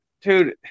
dude